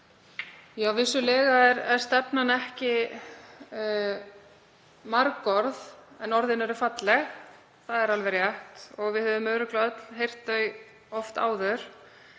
Já, vissulega er stefnan ekki margorð, en orðin eru falleg. Það er alveg rétt. Við höfum líka örugglega öll heyrt þau oft áður.